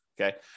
Okay